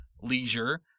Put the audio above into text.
leisure